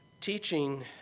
teaching